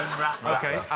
and rattler. ok.